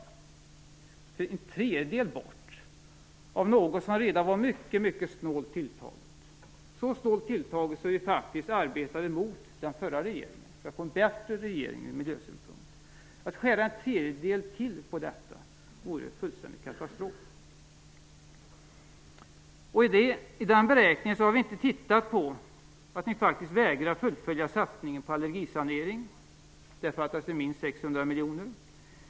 Det är en tredjedel som går bort av något som redan var mycket snålt tilltaget, så snålt att vi faktiskt arbetade mot den förra regeringen för att få en bättre regering ur miljösynpukt. Att skära bort en tredjedel till på detta vore en katastrof. I den beräkningen har vi inte tittat på att ni vägrar fullfölja satsningen på allergisanering - där det fattas minst 600 miljoner!